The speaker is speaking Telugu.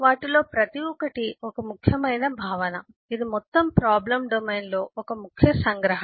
వాటిలో ప్రతి ఒక్కటి ఒక ముఖ్యమైన భావన ఇది మొత్తం ప్రాబ్లం డొమైన్లో ఒక ముఖ్య సంగ్రహణ